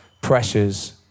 pressures